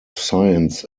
science